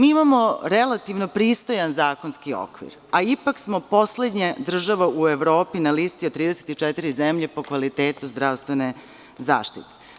Imamo relativno pristojan zakonski okvira, a ipak smo poslednja država u Evropi, na listi od 34 zemlje, po kvalitetu zdravstvene zaštite.